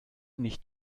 nicht